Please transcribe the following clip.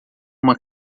uma